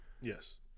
Yes